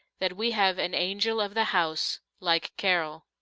that we have an angel of the house like carol.